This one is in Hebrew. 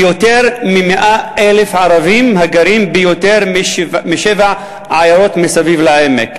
ליותר מ-100,000 ערבים הגרים ביותר משבע עיירות מסביב לעמק.